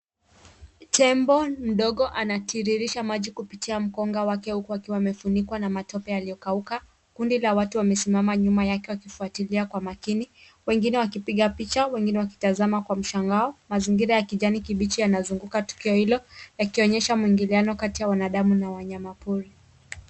Tembo mdogo anatiririsha maji kupitia mkonga wake uku akiwa amefunikwa na matope yaliokauka. Kundi la watu wamesimama nyuma yake wakifuatilia kwa makini wengine wakipiga picha wengine wakitazama kwa mshangao. Mazingira ya kijani kibichi yanazunguka tukio hilo yakionyesha mwingiliano kati ya wanadamu na wanyama pori.